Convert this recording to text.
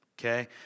Okay